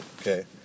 okay